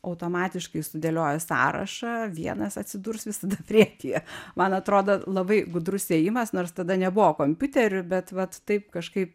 automatiškai sudėlioja sąrašą vienas atsidurs visada priekyje man atrodo labai gudrus ėjimas nors tada nebuvo kompiuterių bet vat taip kažkaip